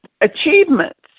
achievements